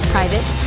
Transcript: Private